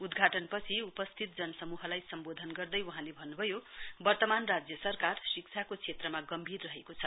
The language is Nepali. उद्घाटन पछि उस्थित जनसमूहलाई सम्बोधन गर्दै वहाँले भन्नुभयो वर्तामन राज्य सरकार शिक्षाको क्षेत्रमा गम्भीर रहेको छ